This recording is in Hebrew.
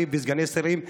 סגני שרים ושרים,